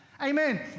Amen